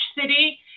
city